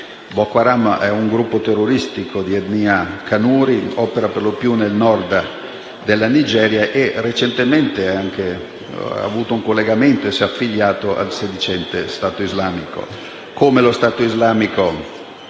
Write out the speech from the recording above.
Boko Haram, un gruppo terroristico di etnia kanuri, che opera per lo più nel Nord della Nigeria, e che recentemente ha avuto un collegamento e si è affiliato al sedicente Stato islamico,